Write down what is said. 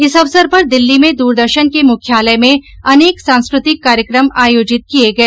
इस अवसर पर दिल्ली में दूरदर्शन के मुख्यालय में अनेक सांस्कृतिक कार्यक्रम आयोजित किए गए